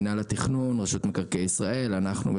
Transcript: מינהל התכנון; רשות מקרקעי ישראל; אנחנו,